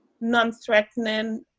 non-threatening